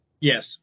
Yes